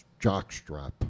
jockstrap